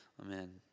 Amen